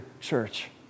church